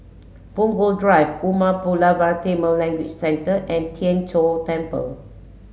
Punggol Drive Umar Pulavar Tamil Language Centre and Tien Chor Temple